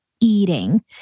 eating